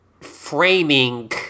framing